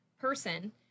person